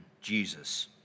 Jesus